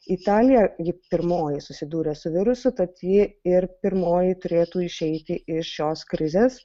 italija ji pirmoji susidūrė su virusu tad ji ir pirmoji turėtų išeiti iš šios krizės